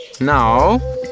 Now